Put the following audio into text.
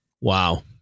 Wow